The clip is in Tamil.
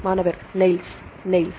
மாணவர் நைல்ஸ் நைல்ஸ்